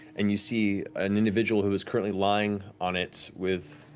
and you see an individual who is currently lying on it, with